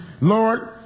Lord